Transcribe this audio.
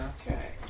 Okay